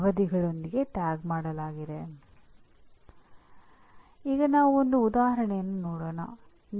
ಆದ್ದರಿಂದ ಇಡೀ ವಿಷಯವು ಪೂರ್ವ ನಿರ್ಧಾರಿತ ಪರಿಣಾಮಗಳಿಗೆ ಮಾತ್ರ ಸೀಮಿತವಾಗಿದೆ ಎಂದು ಪರಿಗಣಿಸಬಾರದು